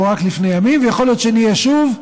רק לפני ימים ויכול להיות שנהיה בה שוב,